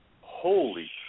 Holy